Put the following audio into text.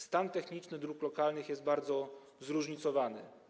Stan techniczny dróg lokalnych jest bardzo zróżnicowany.